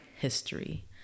history